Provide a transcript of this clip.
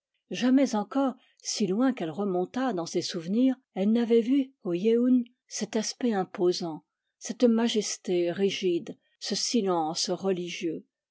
jamais encore si loin qu'elle remontât dans ses souvenirs elle n'avait vu au yeun cet aspect imposant cette majesté rigide ce silence religieux